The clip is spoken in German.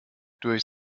durch